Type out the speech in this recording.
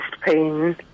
pain